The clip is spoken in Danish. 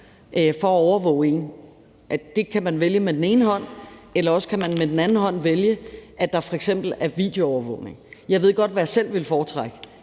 for at overvåge en. Det kan man vælge med den ene hånd, eller også kan man med den anden hånd vælge, at der f.eks. er videoovervågning. Jeg ved godt, hvad jeg selv ville foretrække.